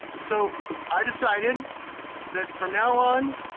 so i decided that from now on,